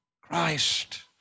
Christ